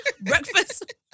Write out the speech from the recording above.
breakfast